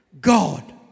God